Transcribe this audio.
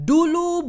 Dulu